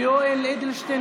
יולי יואל אדלשטיין,